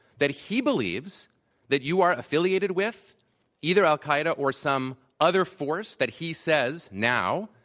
that he believes that you are affiliated with either al-qaeda or some other force that he says, now,